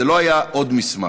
זה לא היה עוד מסמך.